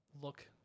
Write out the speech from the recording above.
look